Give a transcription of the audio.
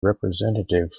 representative